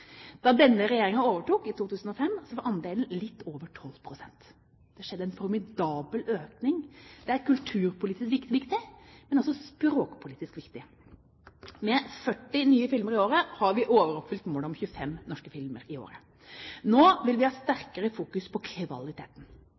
Da denne regjeringen overtok i 2005, var andelen litt over 12 pst. Det har skjedd en formidabel økning. Det er kulturpolitisk viktig, men også språkpolitisk viktig. Med 40 nye filmer i året har vi overoppfylt målet om 25 norske filmer i året. Nå vil vi ha sterkere fokus på